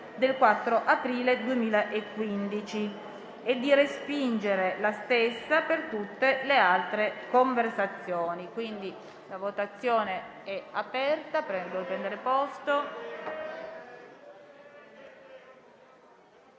del 4 aprile 2015 e di respingere la stessa per tutte le altre conversazioni.